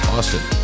Austin